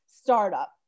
startup